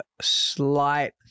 slight